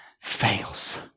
fails